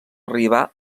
arribar